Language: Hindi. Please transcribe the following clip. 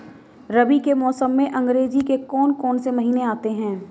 रबी के मौसम में अंग्रेज़ी के कौन कौनसे महीने आते हैं?